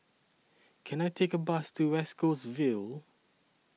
Can I Take A Bus to West Coast Vale